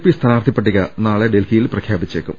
P സ്ഥാനാർത്ഥി പട്ടിക നാളെ ഡൽഹിയിൽ പ്രഖ്യാപിച്ചേക്കും